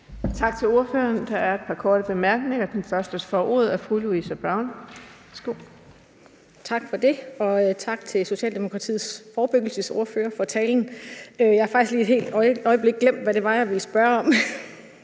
Tak til ordføreren. Der er et par korte bemærkninger. Den første, der får ordet, er fru Louise Brown. Værsgo. Kl. 12:58 Louise Brown (LA): Tak for det, og tak til Socialdemokratiets forebyggelsesordfører for talen. Jeg har faktisk lige et øjeblik glemt, hvad det var, jeg ville spørge om